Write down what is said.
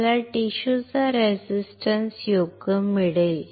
मला टिश्यू चा रेझिस्टन्स योग्य मिळेल